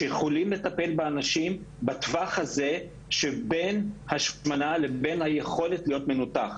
שיכולים לטפל באנשים בטווח הזה שבין השמנה לבין היכולת להיות מנותח.